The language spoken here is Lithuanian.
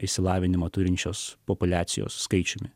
išsilavinimą turinčios populiacijos skaičiumi